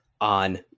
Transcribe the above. on